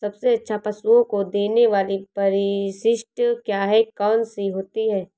सबसे अच्छा पशुओं को देने वाली परिशिष्ट क्या है? कौन सी होती है?